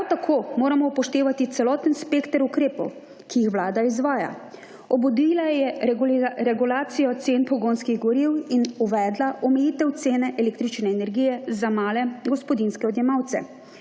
tako moramo upoštevati celotni spekter ukrepov, ki jih Vlada izvaja. Obudila je regulacijo cen pogonskih goriv in uvedla omejitev cene električne energije za male gospodinjske odjemalce